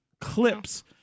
clips